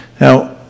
Now